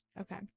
Okay